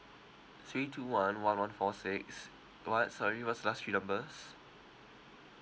three two one one one four six what sorry what's last three numbers